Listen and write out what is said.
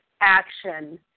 action